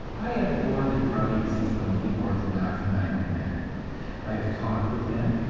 i abhor the drugging system of the orthodox medical men i have talked with them,